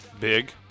Big